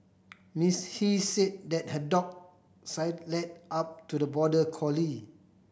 Miss He say that her dog sidled up to the border collie